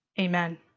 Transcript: Amen